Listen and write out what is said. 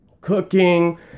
Cooking